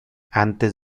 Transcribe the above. antes